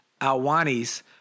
Alwanis